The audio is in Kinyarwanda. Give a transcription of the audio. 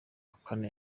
kane